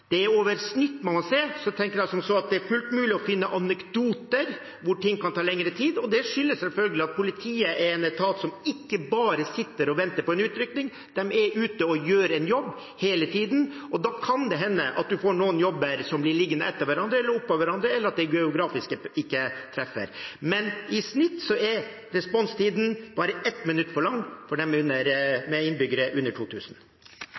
Det er snittet man må se. Så tenker jeg at det er fullt mulig å finne anekdoter hvor ting kan ta lengre tid, og det skyldes selvfølgelig at politiet er en etat som ikke bare sitter og venter på en utrykning, de er ute og gjør en jobb hele tiden. Og da kan det hende at man får noen jobber som blir liggende etter hverandre eller oppå hverandre, eller at det geografisk ikke treffer. Men i snitt er responstiden bare 1 minutt for lang når det gjelder steder med under